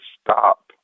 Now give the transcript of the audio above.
stop